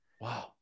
Wow